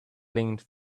linked